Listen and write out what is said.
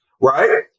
Right